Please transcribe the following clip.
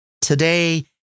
today